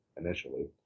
initially